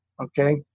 okay